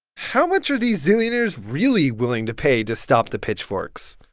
how much are these zillionaires really willing to pay to stop the pitchforks?